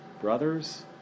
brothers